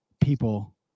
people